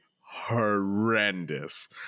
horrendous